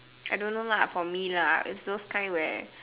I don't know lah for me lah it's those kind where